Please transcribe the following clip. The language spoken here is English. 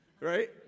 Right